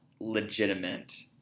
legitimate –